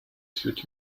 suit